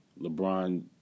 LeBron